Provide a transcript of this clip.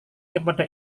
kepada